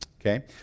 Okay